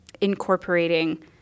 incorporating